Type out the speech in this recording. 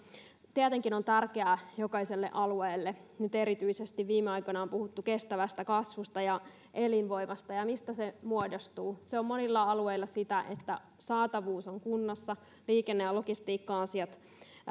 tietenkin on tärkeää jokaiselle alueelle erityisesti viime aikoina on puhuttu kestävästä kasvusta ja elinvoimasta ja siitä mistä se muodostuu se on monilla alueilla sitä että saatavuus on kunnossa liikenne ja logistiikka asiat